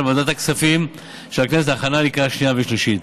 לוועדת הכספים של הכנסת להכנה לקריאה שנייה ולקריאה שלישית.